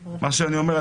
מה שאני אומר,